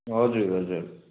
हजुर हजुर